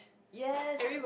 yes